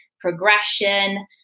progression